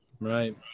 Right